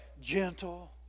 Gentle